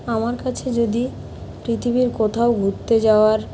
আমার কাছে যদি পৃথিবীর কোথাও ঘুরতে যাওয়ার